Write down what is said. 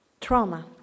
trauma